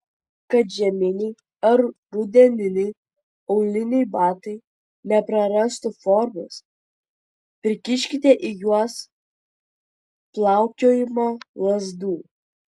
kad žieminiai ar rudeniniai auliniai batai neprarastų formos prikiškite į juos plaukiojimo lazdų